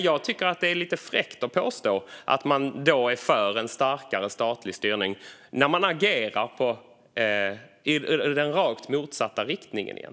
Jag tycker att det då är lite fräckt att påstå att man är för en starkare statlig styrning när man agerar i den rakt motsatta riktningen.